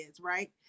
right